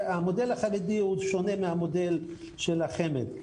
המודל החרדי שונה מהמודל של החינוך הממלכתי דתי,